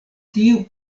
tiu